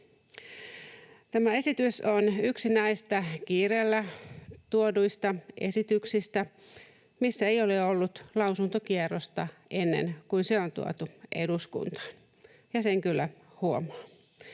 Tämä esitys on yksi näistä kiireellä tuoduista esityksistä, missä ei ole ollut lausuntokierrosta ennen kuin se on tuotu eduskuntaan, ja sen kyllä huomaa.